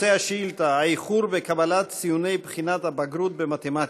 נושא השאילתה: האיחור בקבלת ציוני בחינת הבגרות במתמטיקה.